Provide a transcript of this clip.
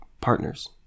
partners